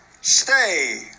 Stay